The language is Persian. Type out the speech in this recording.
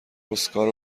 اسکار